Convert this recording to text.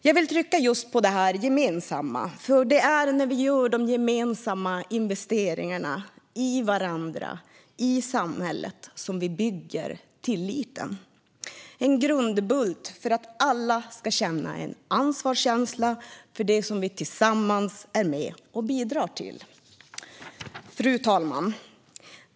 Jag vill trycka på just det gemensamma, för det är när vi gör de gemensamma investeringarna i varandra och i samhället som vi bygger tilliten. Det är en grundbult för att alla ska känna en ansvarskänsla för det vi tillsammans är med och bidrar till. Fru talman!